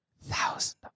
thousand